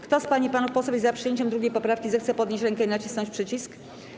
Kto z pań i panów posłów jest za przyjęciem 2. poprawki, zechce podnieść rękę i nacisnąć przycisk.